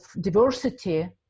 diversity